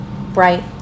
bright